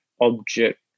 object